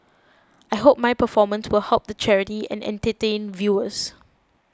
I hope my performance will help the charity and entertain viewers